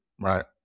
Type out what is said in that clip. right